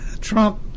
Trump